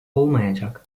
olmayacak